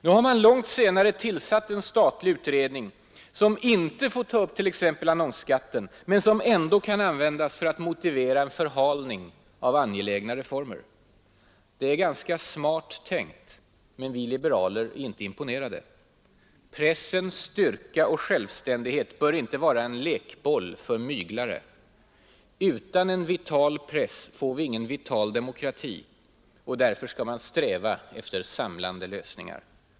Nu har man långt senare tillsatt en statlig pressutredning som inte får ta upp t.ex. annonsskatten men som ändå kan användas för att motivera en förhalning av angelägna reformer. Det är ganska smart tänkt, men vi liberaler är inte imponerade. Pressens styrka och självständighet bör inte vara en lekboll för myglare. Utan en vital press får vi ingen vital demokrati, och därför skall man sträva efter samlande lösningar.